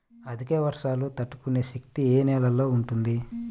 అధిక వర్షాలు తట్టుకునే శక్తి ఏ నేలలో ఉంటుంది?